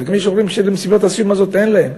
וגם יש הורים שלמסיבת הסיום הזאת אין להם.